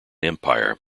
empire